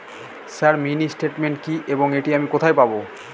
Sir mini statement কি এবং এটি আমি কোথায় পাবো?